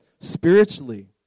spiritually